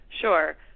Sure